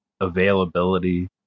availability